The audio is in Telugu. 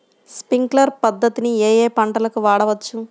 స్ప్రింక్లర్ పద్ధతిని ఏ ఏ పంటలకు వాడవచ్చు?